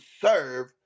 serve